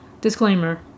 Disclaimer